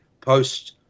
post